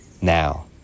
Now